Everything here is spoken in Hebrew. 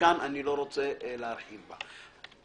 כאן אני לא רוצה להרחיב בה.